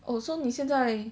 oh so 你现在